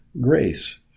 grace